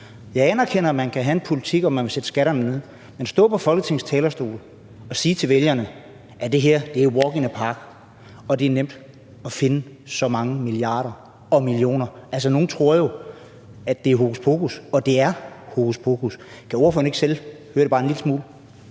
Jeg anerkender, at man kan have en politik om, at man vil sætte skatterne ned, men man står på Folketingets talerstol og siger til vælgerne, at det her er a walk in the park, og at det er nemt at finde så mange milliarder og millioner. Altså, nogle tror jo, at det er hokuspokus, og det er hokuspokus. Kan ordføreren ikke selv høre det bare en lille smule?